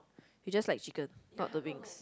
I just like chicken not the wings